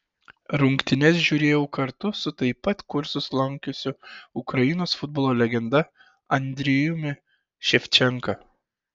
rungtynes žiūrėjau kartu su taip pat kursus lankiusiu ukrainos futbolo legenda andrijumi ševčenka